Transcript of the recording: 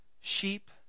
Sheep